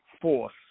force